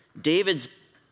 David's